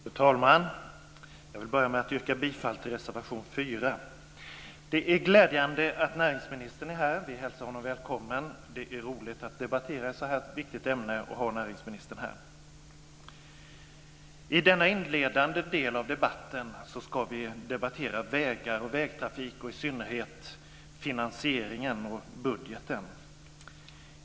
Fru talman! Jag vill börja med att yrka bifall till reservation 4. Det är glädjande att näringsministern är här. Vi hälsar honom välkommen. Det är roligt att debattera ett så här viktigt ämne med näringsministern här. I denna inledande del av debatten ska vi debattera vägar och vägtrafik och i synnerhet finansieringen och budgeten.